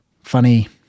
funny